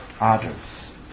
others